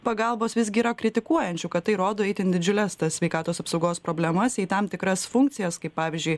pagalbos visgi yra kritikuojančių kad tai rodo itin didžiules sveikatos apsaugos problemas jei tam tikras funkcijas kaip pavyzdžiui